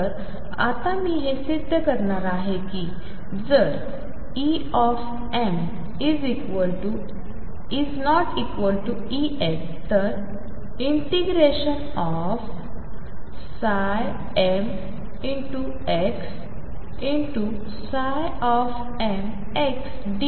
तर आता मी हे सिद्ध करणार आहे की जर EmEnतर mx mxdx0